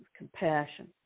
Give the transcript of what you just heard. compassion